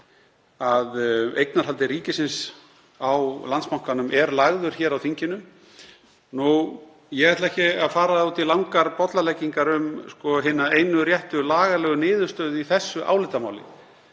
að eignarhaldi ríkisins á Landsbankanum er lagður hér á þinginu. Ég ætla ekki að fara út í langar bollaleggingar um hina einu réttu lagalegu niðurstöðu í þessu álitamáli.